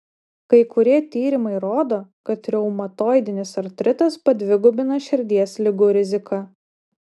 kai kurie tyrimai rodo kad reumatoidinis artritas padvigubina širdies ligų riziką